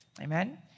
Amen